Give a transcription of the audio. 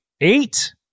Eight